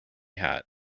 hat